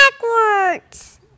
Backwards